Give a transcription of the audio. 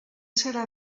serà